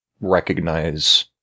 recognize